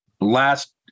last